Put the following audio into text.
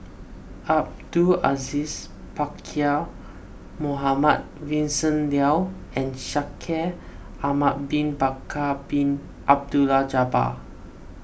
Abdul Aziz Pakkeer Mohamed Vincent Leow and Shaikh Ahmad Bin Bakar Bin Abdullah Jabbar